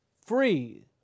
free